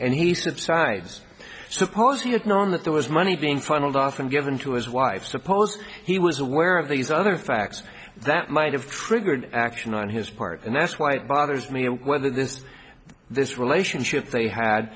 and he subsides suppose he had known that there was money being funneled often given to his wife suppose he was aware of these other facts that might have crigger an action on his part and that's why it bothers me whether this this relationship they had